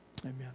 Amen